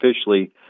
officially